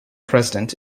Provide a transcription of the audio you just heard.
president